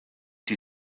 die